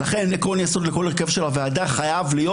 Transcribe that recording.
לכן עיקרון יסוד של כל הרכב של הוועדה חייב להיות